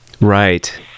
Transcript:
Right